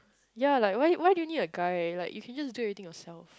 ya like why why do you need a guy like you can just do everything yourself